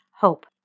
hope